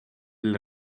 del